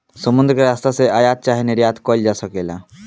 समुद्र के रस्ता से आयात चाहे निर्यात कईल जा सकेला